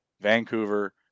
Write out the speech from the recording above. Vancouver